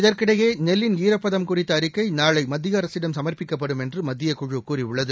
இதற்கிடையே நெல்லின் ஈரப்பதம் குறித்த அறிக்கை நாளை மத்திய அரசிடம் சமா்ப்பிக்கப்படும் என்று மத்திய குழு கூறியுள்ளது